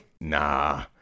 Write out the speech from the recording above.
Nah